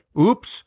Oops